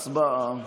הצבעה.